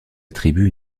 attribue